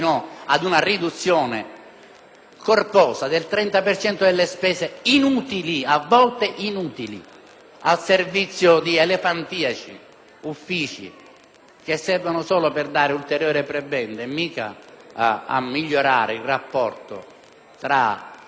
corposa del 30 per cento delle spese, a volte inutili, al servizio di elefantiaci uffici che servono soltanto per dare ulteriori prebende e non a migliorare il rapporto tra il cittadino